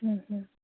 হুম হুম